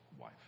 wife